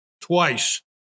Twice